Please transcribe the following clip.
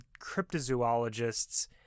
cryptozoologists